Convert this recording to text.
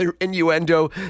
innuendo